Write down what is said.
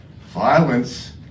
Violence